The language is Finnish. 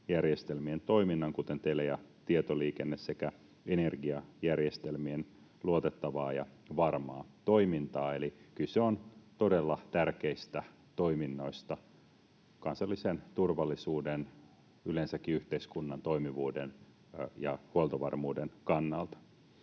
järjestelmien toiminnan, kuten tele- ja tietoliikenne sekä energiajärjestelmien luotettavaa ja varmaa toimintaa. Eli kyse on todella tärkeistä toiminnoista kansallisen turvallisuuden, yleensäkin yhteiskunnan toimivuuden ja huoltovarmuuden, kannalta.